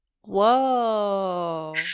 whoa